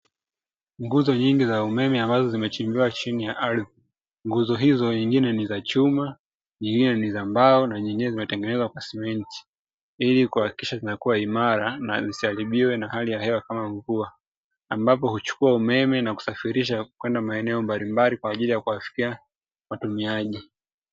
Nguzo nyingi za umeme ambazo zimechimbiwa chini ya ardhi nguzo hizo nyingine ni za chuma nyingine za mbao na nyingine zimetengenezwa kwa simenti ili kuhakikisha zimekuw imara na zisiaribiwe na hali ya hela kama mvua. Ambapo huchukua umeme na kusafirisha kwenda maeneo mbalimbali kwajili ya kuwafikia watumiaji.